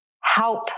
help